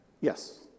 Yes